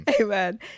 Amen